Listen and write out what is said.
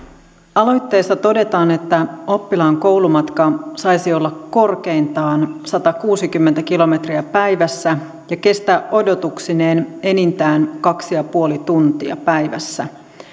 aloitteessa todetaan että oppilaan koulumatka saisi olla korkeintaan satakuusikymmentä kilometriä päivässä ja kestää odotuksineen enintään kaksi pilkku viisi tuntia päivässä